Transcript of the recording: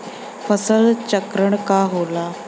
फसल चक्रण का होला?